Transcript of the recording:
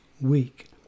weak